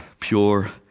pure